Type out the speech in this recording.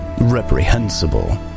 reprehensible